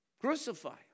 Crucify